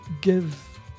give